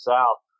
South